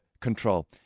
control